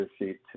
receipt